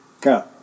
Go